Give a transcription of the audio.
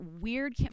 weird